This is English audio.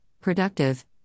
productive